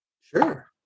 sure